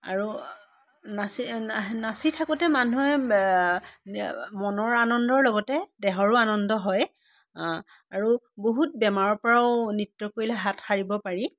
আৰু নাচে নাচি থাকোঁতে মানুহে মনৰ আনন্দৰ লগতে দেহৰো আনন্দ হয় আৰু বহুত বেমাৰৰ পৰাও নৃত্য কৰিলে হাত সাৰিব পাৰি